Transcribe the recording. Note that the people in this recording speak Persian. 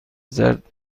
زرد